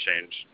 change